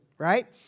Right